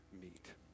meet